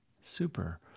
Super